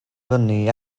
fyny